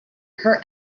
her